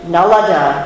Nalada